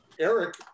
Eric